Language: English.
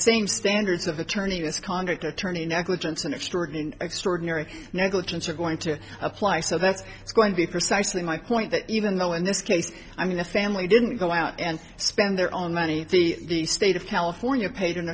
same standards of attorney misconduct attorney negligence and extraordinary extraordinary negligence are going to apply so that's going to be precisely my point even though in this case i mean the family didn't go out and spend their own money the state of california paid an